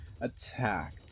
attack